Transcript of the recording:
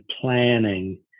planning